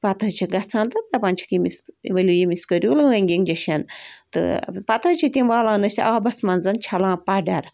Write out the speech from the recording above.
پَتہٕ حظ چھِ گژھان تہٕ دَپان چھِکھ ییٚمِس ؤلِو ییٚمِس کٔرِو لٲنٛگۍ اِنجَشَن تہٕ پَتہٕ حظ چھِ تِم والان أسۍ آبَس منٛز چھَلان پَڈَر